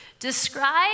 describe